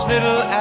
Little